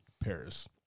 Paris